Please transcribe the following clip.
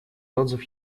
отзыв